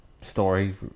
story